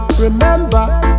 Remember